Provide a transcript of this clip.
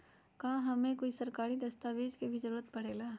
का हमे कोई सरकारी दस्तावेज के भी जरूरत परे ला?